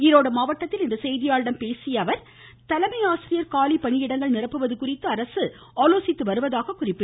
ஈரோடு மாவட்டத்தில் இன்று செய்தியாளர்களிடம் பேசிய அவர் தலைமை ஆசிரியர் காலி பணியிடங்கள் நிரப்புவது குறித்து அரசு ஆலோசித்து வருவதாக கூறினார்